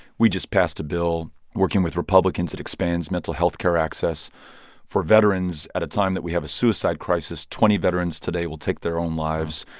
we just passed a bill working with republicans that expands mental health care access for veterans at a time that we have a suicide crisis. twenty veterans will take their own lives.